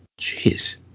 Jeez